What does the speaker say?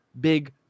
big